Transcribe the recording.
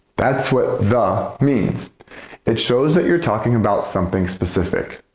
that's what the means it shows that you're talking about something specific.